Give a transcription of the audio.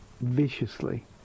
viciously